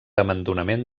abandonament